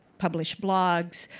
publish blogs.